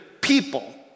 people